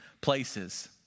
places